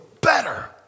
better